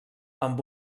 amb